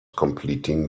completing